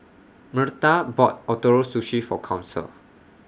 Myrta bought Ootoro Sushi For Council